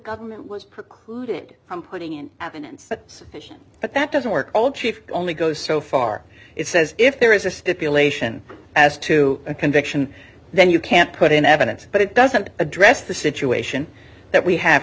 government was precluded from putting in evidence sufficient but that doesn't work all chief only goes so far it says if there is a stipulation as to a conviction then you can't put in evidence but it doesn't address the situation that we have